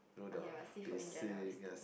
okay but seafood in general is still